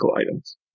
items